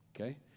Okay